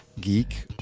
geek